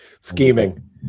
scheming